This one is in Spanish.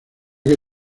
que